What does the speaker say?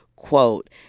quote